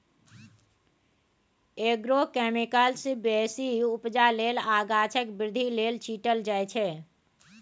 agrochemicals बेसी उपजा लेल आ गाछक बृद्धि लेल छीटल जाइ छै